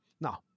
Now